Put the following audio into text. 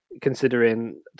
considering